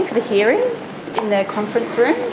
the hearing in the conference room,